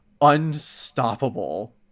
unstoppable